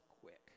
quick